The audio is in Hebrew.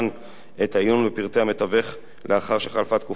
את העיון בפרטי המתווך לאחר שחלפה תקופת הפרסום.